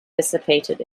dissipated